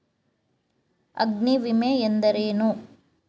ಅಗ್ನಿವಿಮೆ ಎಂದರೇನು?